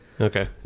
Okay